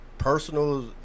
Personal